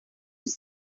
able